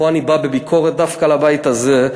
פה אני בא בביקורת דווקא לבית הזה.